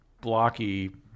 blocky